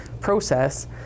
process